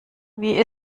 wie